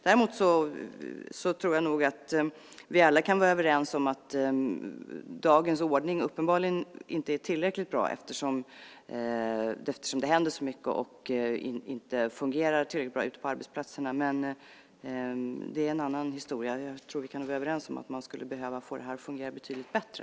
Däremot tror jag nog att vi alla kan vara överens om att dagens ordning uppenbarligen inte är tillräckligt bra eftersom det händer så mycket och inte fungerar tillräckligt bra ute på arbetsplatserna, men det är en annan historia. Jag tror att vi kan vara överens om att man skulle behöva få det här att fungera betydligt bättre.